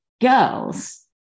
girls